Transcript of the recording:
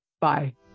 Bye